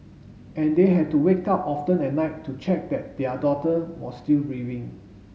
and they had to wake up often at night to check that their daughter was still breathing